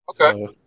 Okay